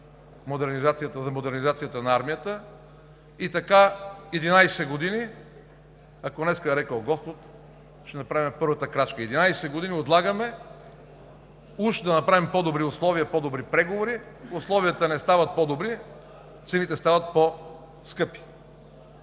за модернизацията на армията е правено и така 11 години. Ако днес е рекъл господ, ще направим първата крачка. Единадесет години отлагаме уж за да направим по-добри условия, по-добри преговори. Условията не стават по-добри – цените стават по-скъпи.